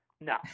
No